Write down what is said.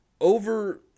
over